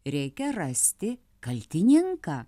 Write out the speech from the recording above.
reikia rasti kaltininką